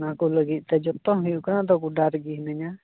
ᱚᱱᱟᱠᱚ ᱞᱟᱹᱜᱤᱫᱛᱮ ᱡᱚᱛᱚᱱ ᱦᱩᱭᱩᱜ ᱠᱟᱱᱟ ᱚᱱᱟᱛᱮ ᱜᱚᱰᱟᱨᱮᱜᱮ ᱦᱤᱱᱟᱹᱧᱟ